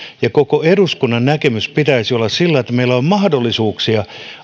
ja koko eduskunnan näkemyksen pitäisi olla sellainen että meillä on mahdollisuuksia